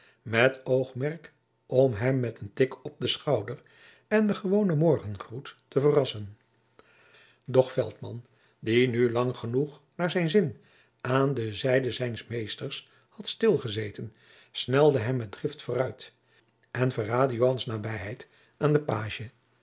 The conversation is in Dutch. met oogmerk om hem met een tik op den schouder en den gewonen morgengroet te verrassen doch veltman die nu lang genoeg naar zijn zin aan de zijde zijns meesters had stil gezeten snelde hem met drift vooruit en verraadde joans nabijheid aan den pagie